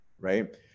right